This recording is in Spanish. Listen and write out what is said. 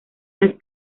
las